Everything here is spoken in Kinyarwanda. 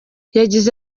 yagize